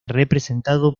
representado